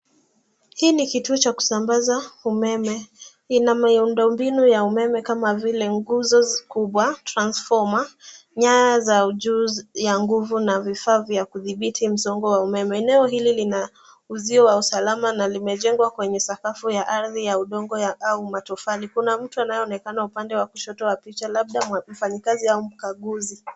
Hii ni kituo cha kusambaza umeme. Ina miundombinu ya umeme kama vile nguzo kubwa Transformer , nyaya za juu ya nguvu na vifaa vya kudhibiti msongo wa umeme. Eneo hili lina uzio wa usalama na limejengwa kwenye sakafu ya arthi ya udongo ya au matofali. Kuna mtu anayeonekana upande wa kushoto wa picha labda mfanyikazi au mkaguzi.